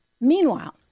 Meanwhile